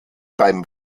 beim